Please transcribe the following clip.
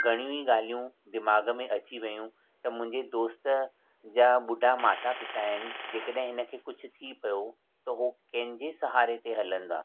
घणी ॻाल्हियूं दिमाग़ में अची वयूं त मुंहिंजे दोस्त जा ॿुढा माता पिता आहिनि जे कॾहिं हिनखे कुझु थी पियो त हू कंहिंजे सहारे ते हलंदा